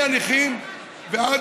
מהנכים ועד,